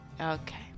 okay